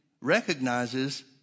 recognizes